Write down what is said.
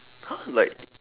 !huh! like